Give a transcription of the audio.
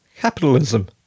capitalism